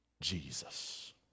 Jesus